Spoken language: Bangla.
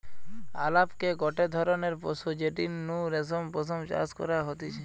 আলাপকে গটে ধরণের পশু যেটির নু রেশম পশম চাষ করা হতিছে